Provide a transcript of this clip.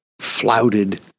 flouted